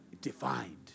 defined